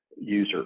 user